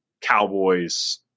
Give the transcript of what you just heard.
Cowboys